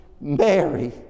Mary